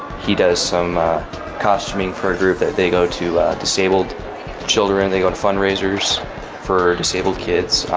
he does some costuming for a group that they go to disabled children, they go to fundraisers for disabled kids.